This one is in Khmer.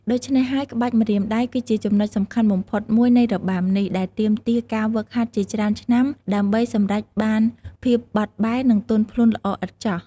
ដូច្នេះហើយ ក្បាច់ម្រាមដៃ គឺជាចំណុចសំខាន់បំផុតមួយនៃរបាំនេះ ដែលទាមទារការហ្វឹកហាត់ជាច្រើនឆ្នាំដើម្បីសម្រេចបានភាពបត់បែន និងទន់ភ្លន់ល្អឥតខ្ចោះ។